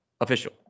official